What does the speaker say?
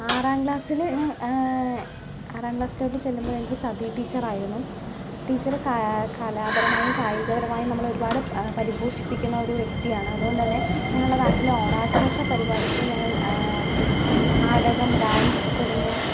ആറാം ക്ലാസ്സില് ഞാൻ ആറാം ക്ലാസ്സിലോട്ട് ചെല്ലുമ്പോൾ എനിക്ക് സതി ടീച്ചറായിരുന്നു ടീച്ചറ് കാ കലാപരമായും കായികപരമായും നമ്മളെ ഒരുപാട് പരിഭോഷിപ്പിക്കുന്ന ഒരു വ്യക്തിയാണ് അതുകൊണ്ടന്നെ ഞങ്ങടെ നാട്ടിലെ ഓണാഘോഷ പരിപാടിക്ക് ഞങ്ങൾ നാടകം ഡാൻസ് തുടങ്ങിയ